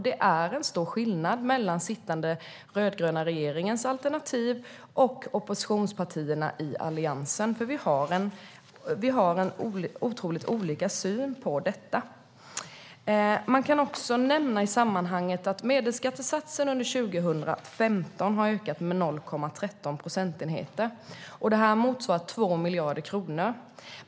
Det är en stor skillnad mellan den sittande rödgröna regeringens alternativ och alternativen från oppositionspartierna i Alliansen. Vi har nämligen otroligt olika syn på detta. Man kan också nämna i sammanhanget att medelskattesatsen under 2015 har ökat med 0,13 procentenheter. Det motsvarar 2 miljarder kronor.